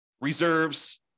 reserves